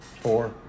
Four